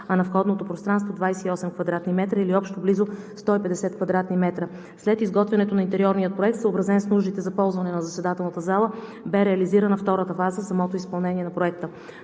а на входното пространство – 28 кв. м, или общо близо 150 кв. м. След изготвянето на интериорния проект, съобразен с нуждите за ползване на заседателната зала, бе реализирана втората фаза със самото изпълнение на проекта.